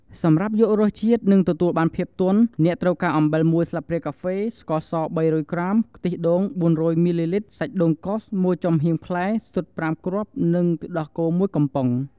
សម្រាប់យករសជាតិ និងទទួលបានភាពទន់ អ្នកត្រូវការ អំបិល ១ ស្លាបព្រាកាហ្វេ ស្ករស ៣០០ ក្រាម ខ្ទិះដូង ៤០០ មីលីលីត្រ សាច់ដូងកោស ១ ចំហៀងផ្លែ ស៊ុត ៥ គ្រាប់ និង ទឹកដោះគោ ១ កំប៉ុង។